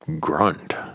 grunt